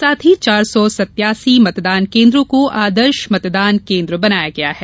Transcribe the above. साथ ही चार सौ सत्यासी मतदान केन्द्रों को आदर्श मतदान केन्द्र बनाये गया है